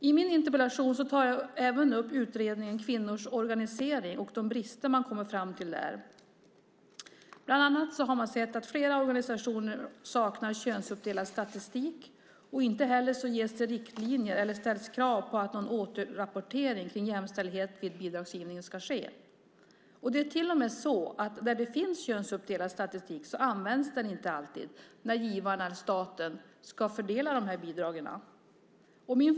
I min interpellation tar jag även upp utredningen Kvinnors organisering och de brister som utredningen kommer fram till. Bland annat har man sett att flera organisationer saknar könsuppdelad statistik. Inte heller ges det riktlinjer eller ställs krav på återrapportering om jämställdhet vid bidragsgivning. Det är till och med så att där det finns könsuppdelad statistik används den inte alltid när givaren, staten, ska fördela bidragen.